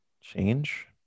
change